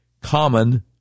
common